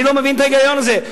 אני לא מבין את ההיגיון הזה.